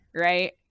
Right